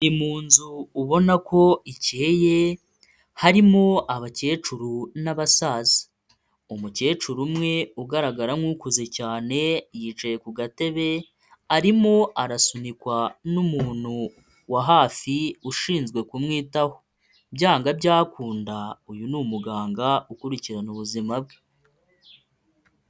Ni mu nzu ubona ko ikiyeye harimo abakecuru n'abasaza. Umukecuru umwe ugaragara nk'ukuze cyane yicaye ku gatebe arimo arasunikwa n'umuntu wa hafi ushinzwe kumwitaho. Byanga byakunda uyu ni umuganga ukurikirana ubuzima bwe.